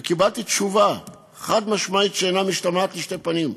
וקיבלתי תשובה חד-משמעית שאינה משתמעת לשני פנים: